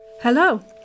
Hello